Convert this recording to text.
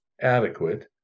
adequate